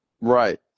Right